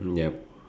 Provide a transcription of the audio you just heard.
yup